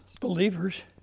believers